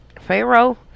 Pharaoh